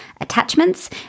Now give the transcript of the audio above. attachments